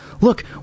look